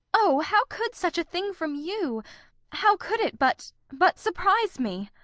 oh! how could such a thing from you how could it but but surprise me!